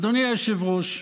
אדוני היושב-ראש,